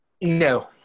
No